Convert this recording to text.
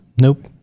Nope